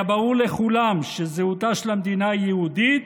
היה ברור לכולם שזהותה של המדינה יהודית,